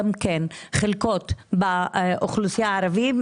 גם כן חלקות באוכלוסייה הערבית,